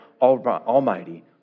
Almighty